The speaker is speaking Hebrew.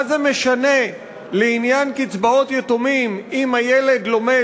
מה זה משנה לעניין קצבאות יתומים אם הילד לומד